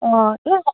অঁ এই